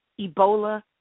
Ebola